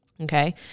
Okay